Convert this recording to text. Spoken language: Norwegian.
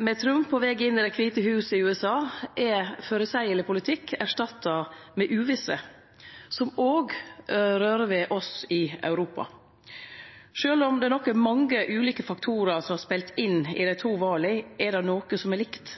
Med Trump på veg inn i Det kvite huset i USA er føreseieleg politikk erstatta med uvisse, som òg rører ved oss i Europa. Sjølv om det nok er mange ulike faktorar som har spelt inn i dei to vala, er det noko som er likt.